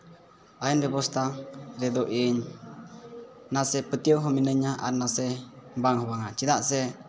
ᱟᱹᱭᱤᱱ ᱵᱮᱵᱚᱥᱛᱷᱟ ᱨᱮᱫᱚ ᱤᱧ ᱱᱟᱥᱮ ᱯᱟᱹᱛᱭᱟᱹᱣ ᱦᱚᱸ ᱢᱮᱱᱟᱹᱧᱟ ᱟᱨ ᱱᱟᱥᱮ ᱵᱟᱝ ᱦᱚᱸ ᱵᱟᱝᱼᱟ ᱪᱮᱫᱟᱜ ᱥᱮ